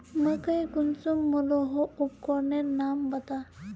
मकई कुंसम मलोहो उपकरनेर नाम बता?